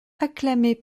acclamé